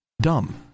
dumb